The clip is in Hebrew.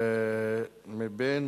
מבין